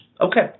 Okay